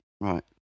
right